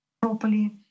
properly